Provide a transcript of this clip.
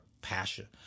passion